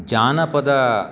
जानपद